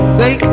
say